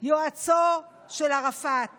יועצו של ערפאת